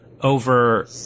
over